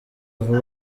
vuba